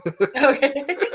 okay